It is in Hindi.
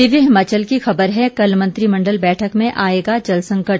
दिव्य हिमाचल की खबर है कल मंत्रिमण्डल बैठक में आएगा जल संकट